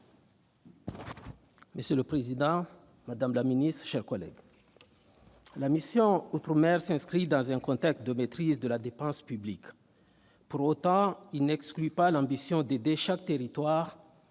Monsieur le président, madame la ministre, mes chers collègues, la mission « Outre-mer » s'inscrit dans un contexte de maîtrise de la dépense publique. Pour autant, elle n'exclut pas l'ambition d'aider chaque territoire